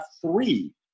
three